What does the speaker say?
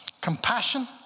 compassion